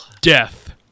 Death